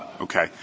Okay